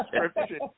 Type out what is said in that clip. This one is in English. description